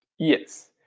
yes